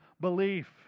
belief